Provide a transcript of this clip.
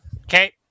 Okay